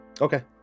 Okay